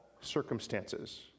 circumstances